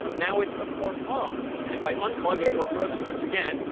now it's, of course, on. and if i unplug it or throw the switch again,